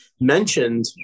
mentioned